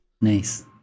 Nice